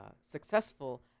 Successful